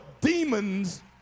demons